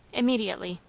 immediately.